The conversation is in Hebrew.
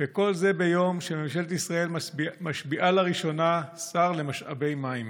וכל זה ביום שממשלת ישראל משביעה לראשונה שר למשאבי מים.